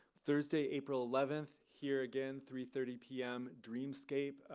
thursday, april eleven, here again, three thirty pm, dreamscape.